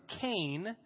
Cain